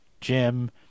jim